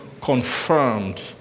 confirmed